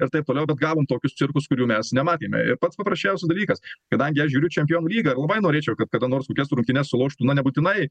ir taip toliau bet gavom tokius cirkus kurių mes nematėme ir pats paprasčiausias dalykas kadangi aš žiūriu čempionų lygą ir labai norėčiau kad kada nors kokias rungtynes suloštų na nebūtinai